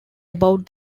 about